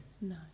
No